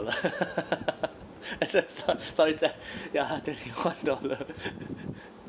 so~ sorry sir ya twenty one dollar